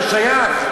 זה שייך.